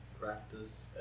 practice